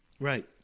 Right